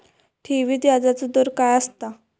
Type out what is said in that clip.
ठेवीत व्याजचो दर काय असता?